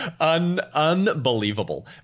Unbelievable